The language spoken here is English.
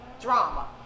Drama